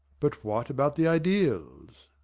but what about the ideals?